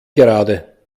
gerade